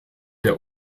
der